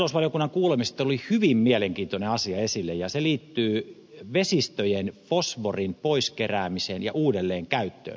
maa ja metsätalousvaliokunnan kuulemisessa oli hyvin mielenkiintoinen asia esillä ja se liittyy vesistöjen fosforin pois keräämiseen ja uudelleenkäyttöön